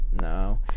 No